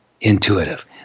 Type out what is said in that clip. intuitive